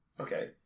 Okay